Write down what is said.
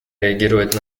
реагировать